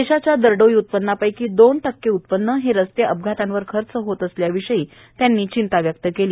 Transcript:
देशाच्या दरडोई उत्पन्जापैकी दोन टक्के उत्पन्न हे रस्ते अपघातांवर खर्च होत असल्याविषयी त्यांनी चिंता व्यक्त केली